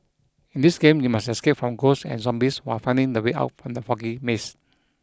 in this game you must escape from ghosts and zombies while finding the way out from the foggy maze